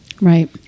right